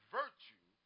virtue